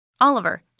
Oliver